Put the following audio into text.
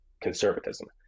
conservatism